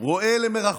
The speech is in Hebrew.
רואה למרחוק,